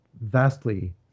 vastly